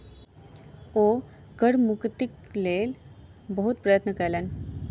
ओ कर मुक्तिक लेल बहुत प्रयत्न कयलैन